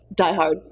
diehard